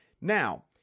Now